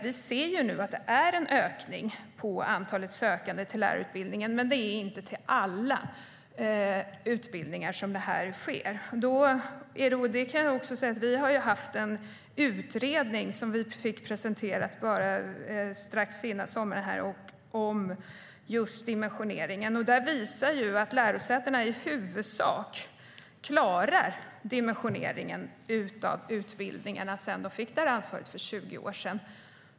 Vi ser nu att det är en ökning av antalet sökande till lärarutbildningarna, men inte till alla utbildningar. Vi har haft en utredning som vi fick presenterad för oss strax före sommaren om just dimensioneringen. Den visar att lärosätena i huvudsak klarar dimensioneringen av utbildningarna sedan de fick det ansvaret för 20 år sedan.